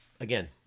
again